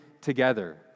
together